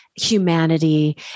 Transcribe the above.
humanity